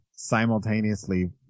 Simultaneously